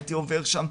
הייתי עובר שם,